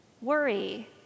worry